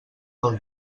pel